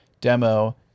demo